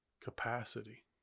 capacity